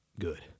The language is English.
good